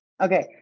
Okay